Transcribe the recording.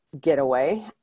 getaway